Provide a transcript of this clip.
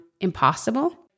impossible